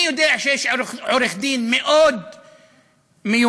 אני יודע שיש עורך-דין מאוד מיומן,